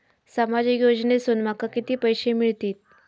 सामाजिक योजनेसून माका किती पैशे मिळतीत?